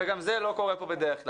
וגם זה לא קורה פה בדרך כלל.